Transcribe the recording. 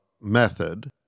method